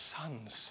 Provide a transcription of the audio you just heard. sons